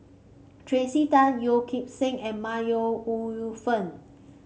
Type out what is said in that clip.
Tracey Tan Yeo Kim Seng and My Ooi Yu Fen